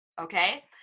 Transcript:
Okay